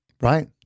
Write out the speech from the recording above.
right